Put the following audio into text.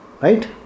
Right